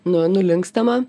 nu nulinkstama